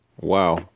Wow